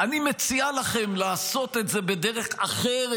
אני מציעה לכם לעשות את זה בדרך אחרת,